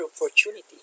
opportunity